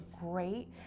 great